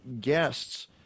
guests